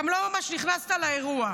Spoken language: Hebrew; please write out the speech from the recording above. גם לא ממש נכנסת לאירוע.